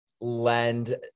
lend